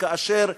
כאשר,